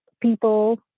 people